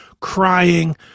crying